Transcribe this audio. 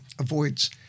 avoids